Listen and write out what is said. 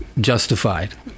justified